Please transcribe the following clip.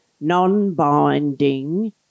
non-binding